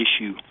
issue